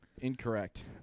Incorrect